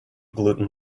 gluten